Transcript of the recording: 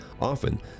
Often